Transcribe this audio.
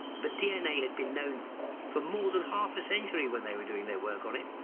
but dna had been known for more than half a century, when they were doing their work on it.